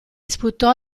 sputò